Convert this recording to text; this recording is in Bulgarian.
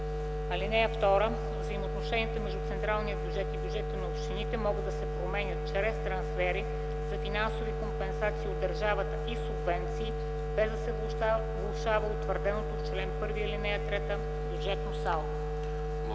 (2) Взаимоотношенията между централния бюджет и бюджетите на общините могат да се променят чрез трансфери за финансови компенсации от държавата и субвенции без да се влошава утвърденото с чл. 1, ал. 3 бюджетно салдо.”